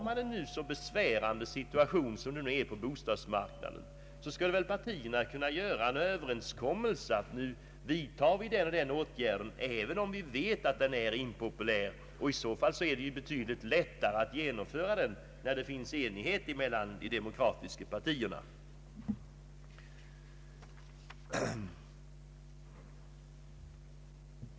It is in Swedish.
Men när nu situationen på bostadsmarknaden är så besvärande så borde partierna kunna göra en överenskommelse om att vidta den eller den åtgärden, även om den är impopulär. Det är ju betydligt lättare att genomföra den, om enighet råder mellan de demokratiska partierna.